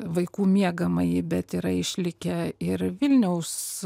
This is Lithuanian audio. vaikų miegamąjį bet yra išlikę ir vilniaus